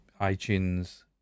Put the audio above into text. iTunes